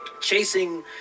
chasing